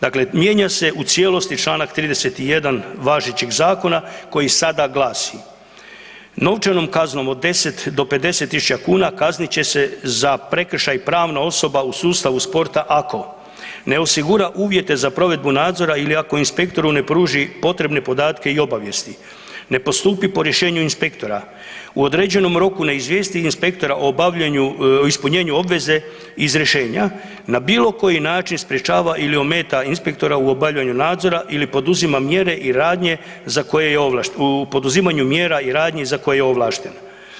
Dakle, mijenja se u cijelosti članak 31. važećeg Zakona koji sada glasi: „Novčanom kaznom od 10 do 50 tisuća kuna kaznit će se za prekršaj pravna osoba u sustavu sporta ako ne osigura uvjete za provedbu nadzora ili ako inspektoru ne pruži potrebne podatke i obavijesti, ne postupi po rješenju inspektora, u određenom roku ne izvijesti inspektora o ispunjenju obveze iz rješenja, na bilo koji način sprječava ili ometa inspektora u obavljanju nadzora ili poduzima mjere i radnje za koje je u poduzimanju mjera i radnji za koje je ovlašten.